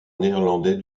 néerlandais